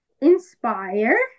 inspire